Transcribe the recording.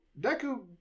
deku